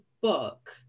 book